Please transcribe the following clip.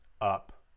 up